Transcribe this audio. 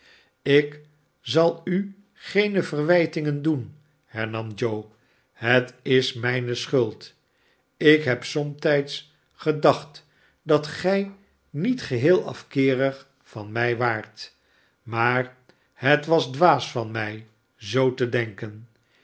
ik zal u geene verwijtingen doen hernam joe het is mijne schuld ik heb somtijds gedacht dat gij niet geheel afkeerig van mij waart maar het was dwaas van mij zoo te denken